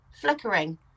flickering